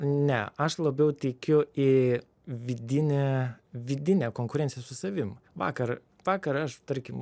ne aš labiau tikiu į vidinę vidinę konkurenciją su savim vakar vakarą aš tarkim